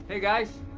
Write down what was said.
hey, guys.